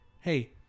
hey